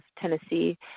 Tennessee